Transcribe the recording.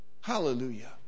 Hallelujah